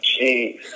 jeez